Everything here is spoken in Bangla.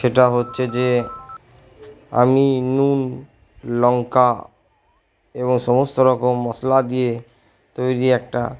সেটা হচ্ছে যে আমি নুন লংকা এবং সমস্ত রকম মশলা দিয়ে তৈরি একটা